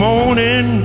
morning